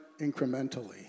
incrementally